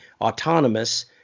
autonomous